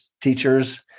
teachers